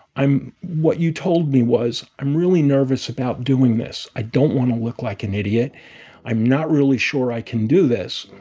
i'm what you told me was, i'm really nervous about doing this i don't want to look like an idiot i'm not really sure i can do this.